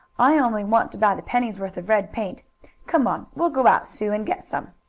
i only want about a penny's worth of red paint come on, we'll go out, sue, and get some.